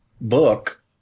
book